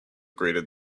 greeted